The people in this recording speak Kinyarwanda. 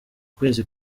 kwezi